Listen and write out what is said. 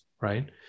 Right